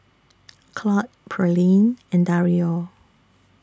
Claud Pearlene and Dario